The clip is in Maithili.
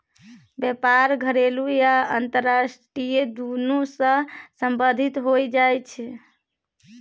बेपार घरेलू आ अंतरराष्ट्रीय दुनु सँ संबंधित होइ छै